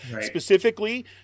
Specifically